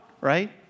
Right